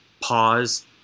pause